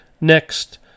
Next